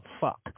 fuck